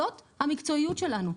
זאת המקצועיות שלנו,